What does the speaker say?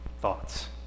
thoughts